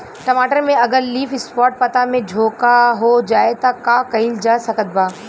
टमाटर में अगर लीफ स्पॉट पता में झोंका हो जाएँ त का कइल जा सकत बा?